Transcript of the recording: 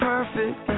perfect